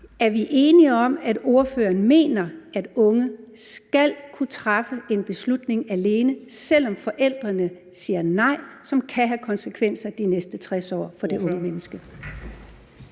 er vi så enige om, at ordføreren mener, at unge skal kunne træffe en beslutning alene, som kan have konsekvenser i de næste 60 år for det unge menneske,